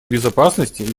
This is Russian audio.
безопасности